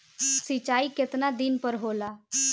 सिंचाई केतना दिन पर होला?